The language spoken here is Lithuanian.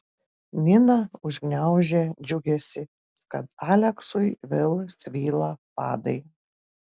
nina užgniaužė džiugesį kad aleksui vėl svyla padai